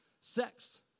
sex